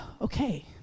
Okay